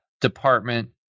department